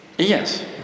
Yes